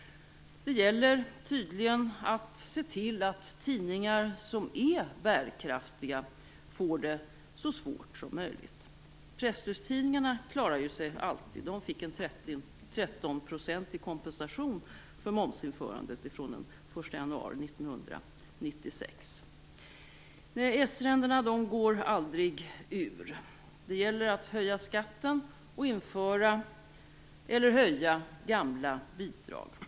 Det gäller tydligen att se till att tidningar som är bärkraftiga får det så svårt som möjligt. Presstödstidningarna klarar sig ju alltid. De fick en trettonprocentig kompensation för momsinförandet från den 1 januari 1996. Nej, s-ränderna går aldrig ur. Det gäller att höja skatten och införa nya eller höja gamla bidrag.